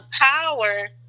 power